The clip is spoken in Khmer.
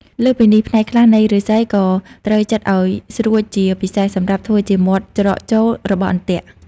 លើសពីនេះ ផ្នែកខ្លះនៃឫស្សីក៏ត្រូវចិតឲ្យស្រួចជាពិសេសសម្រាប់ធ្វើជាមាត់ច្រកចូលរបស់អន្ទាក់។